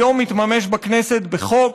מתממש היום בכנסת בחוק